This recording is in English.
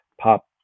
pop